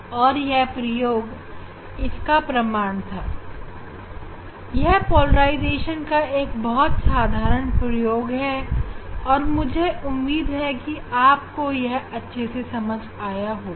और यह प्रयोग इसका प्रमाण था यह पोलराइजेशन का एक बहुत साधारण प्रयोग है और मुझे उम्मीद है कि आपको यह अच्छे से समझ आया होगा